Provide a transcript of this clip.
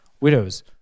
Widows